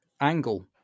angle